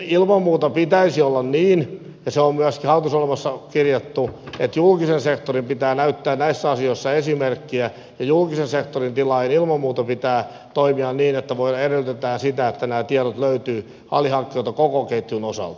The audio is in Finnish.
ilman muuta pitäisi olla niin ja se on myöskin hallitusohjelmassa kirjattu että julkisen sektorin pitää näyttää näissä asioissa esimerkkiä ja julkisen sektorin tilaajan ilman muuta pitää toimia niin että edellytetään sitä että nämä tiedot löytyvät alihankkijoilta koko ketjun osalta